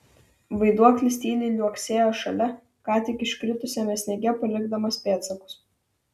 vaiduoklis tyliai liuoksėjo šalia ką tik iškritusiame sniege palikdamas pėdsakus